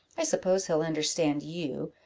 i suppose he'll understand you,